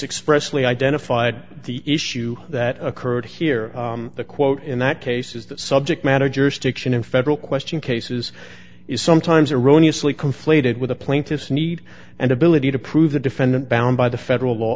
expressly identified the issue that occurred here the quote in that case is that subject matter jurisdiction in federal question cases is sometimes erroneous lee conflated with the plaintiff's need and ability to prove the defendant bound by the federal law